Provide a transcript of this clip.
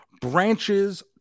Branches